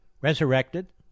resurrected